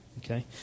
Okay